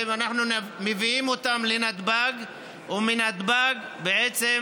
אנחנו מביאים אותן לנתב"ג ומנתב"ג בתוך